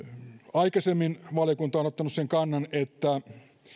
aikaisemmin valiokunta on ottanut sen kannan että